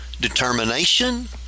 determination